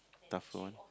tough on